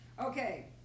Okay